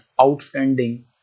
outstanding